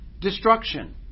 destruction